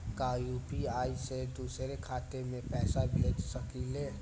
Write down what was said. का यू.पी.आई से दूसरे के खाते में पैसा भेज सकी ले?